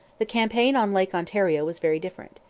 the campaign on lake ontario was very different.